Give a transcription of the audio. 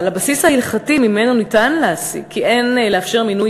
הבסיס ההלכתי שממנו ניתן להסיק כי אין לאפשר מינוי